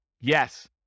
Yes